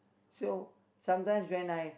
so sometimes when I